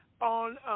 on